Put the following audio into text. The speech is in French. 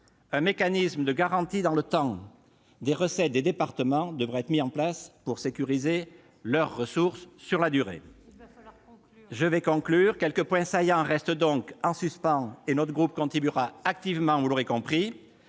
un mécanisme de garantie dans le temps des recettes des départements devra être mis en place pour sécuriser leurs ressources sur la durée. Il faut conclure, mon cher collègue. Quelques points saillants restent donc en suspens : notre groupe contribuera activement au débat